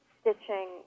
stitching